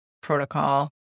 protocol